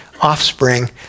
offspring